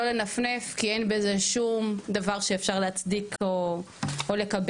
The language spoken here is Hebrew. ולא לנפנף כי אין בזה שום דבר שאפשר להצדיק או לקבל,